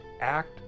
Act